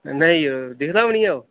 नेईं जरो दिखदा बी निं ऐ ओह्